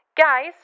Guys